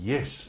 Yes